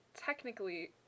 technically